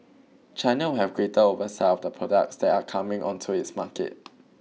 China will have greater oversight of the products that are coming onto its market